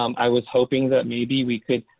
um i was hoping that maybe we could,